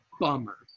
bummer